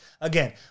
Again